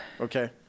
Okay